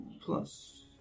plus